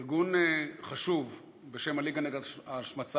ארגון חשוב בשם הליגה נגד ההשמצה,